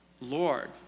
Lord